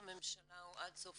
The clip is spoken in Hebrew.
הוא עד סוף